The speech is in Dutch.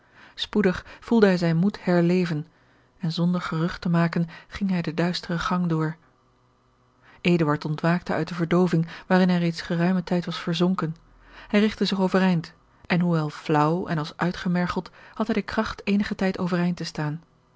spoedig voelde hij zijn moed herleven en zonder gerucht te maken ging hij den duisteren gang door eduard ontwaakte uit de verdooving waarin hij reeds geruimen tijd was verzonken hij rigtte zich overeind en hoewel flaauw en als uitgemergeld had hij de kracht eenigen tijd overeind te staan